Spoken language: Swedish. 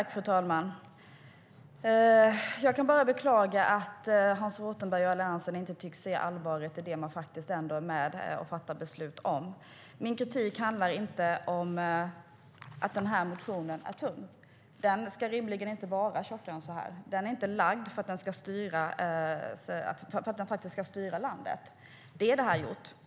Fru talman! Jag kan bara beklaga att Hans Rothenberg och Alliansen inte tycks se allvaret i det man ändå är med och fattar beslut om. Min kritik handlar inte om att motionen är tunn. Den ska rimligen inte vara tjockare än så. Den är inte lagd för att den ska styra landet. Det är budgetpropositionen.